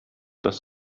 das